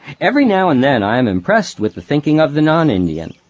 every now and then i am impressed with the thinking of the non-indian.